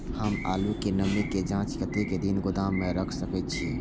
हम आलू के नमी के जाँच के कतेक दिन गोदाम में रख सके छीए?